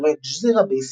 שידורי אל-ג'זירה בישראל.